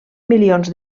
milions